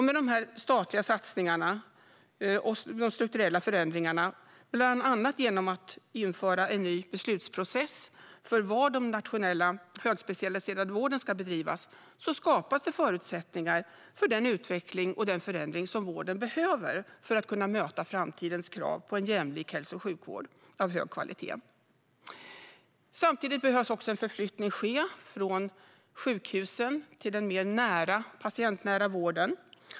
Med dessa statliga satsningar och strukturella förändringar - det handlar bland annat om att införa en ny beslutsprocess för var den nationella högspecialiserade vården ska bedrivas - skapas det förutsättningar för den utveckling och den förändring som vården behöver för att kunna möta framtidens krav på en jämlik hälso och sjukvård av hög kvalitet. Samtidigt behöver en förflyttning ske från sjukhusen till den mer patientnära vården.